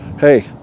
hey